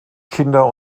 kinder